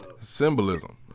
Symbolism